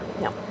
No